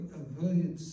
avoid